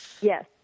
Yes